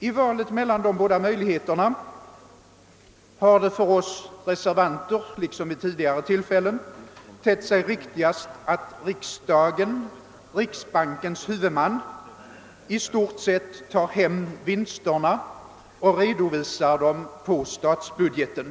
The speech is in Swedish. För oss reservanter har det, liksom vid tidigare tillfällen, tett sig riktigast att riksdagen, riksbankens huvudman, i stort sett tar hem vinsterna och redovisar dem på statsbudgeten.